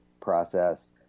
process